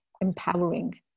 empowering